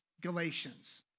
Galatians